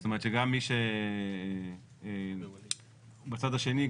זאת אומרת שגם מי שבצד השני,